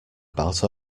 about